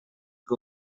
que